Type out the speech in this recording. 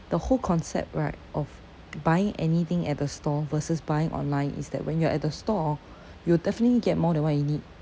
the whole concept right of buying anything at the store versus buying online is that when you are at the store you will definitely get more than what you need